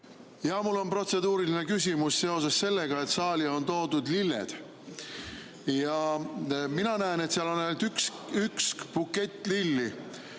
Jah, mul on protseduuriline küsimus seoses sellega, et saali on toodud lilled. Mina näen, et seal on ainult üks bukett lilli.